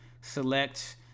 select